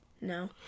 No